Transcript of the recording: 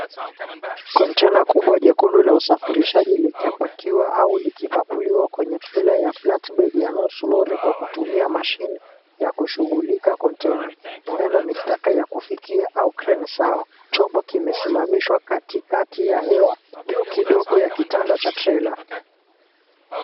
Kontena kubwa jekundu la usafirishaji likapakiwa au likipakuliwa kwenye trela ya flatboard ya nusu lori kwa kutumia mashini ya kushughulika kontena, hwenda ikawa staka ya kufikia au kreni sawa chombo imesimamishwa kati kati ya hewa juu kidogo ya kitanda cha trela.